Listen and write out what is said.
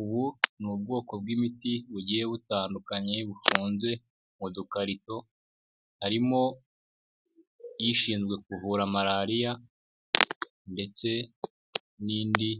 Ubu ni ubwoko bw'imiti bugiye butandukanye bufunze mu dukarito, harimo ishinzwe kuvura malariya ndetse n'indi